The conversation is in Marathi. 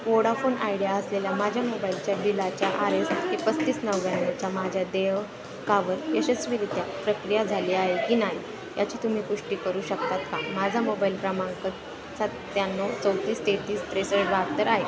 वोडाफोन आयडिया असलेल्या माझ्या मोबाईलच्या बिलाच्या आर एस पस्तीस नव्याण्णवच्या माझ्या देयकावर यशस्वीरीत्या प्रक्रिया झाली आहे की नाही याची तुम्ही पुष्टी करू शकता का माझा मोबाईल क्रमांक सत्त्याण्णव चौतीस तेहत्तीस त्रेसष्ट बहात्तर आहे